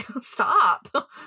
Stop